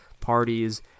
parties